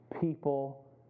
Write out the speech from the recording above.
people